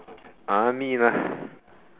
army lah